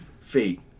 Feet